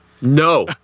no